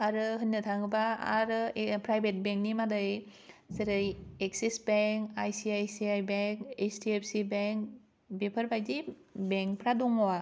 आरो होननो थाङोबा आरो प्राइभेट बेंक नि जेरै Axis bank I C I C I bank H D F C bank बेफोर बायदि बेंकफ्रा दङ